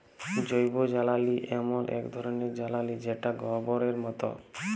জৈবজ্বালালি এমল এক ধরলের জ্বালালিযেটা গবরের মত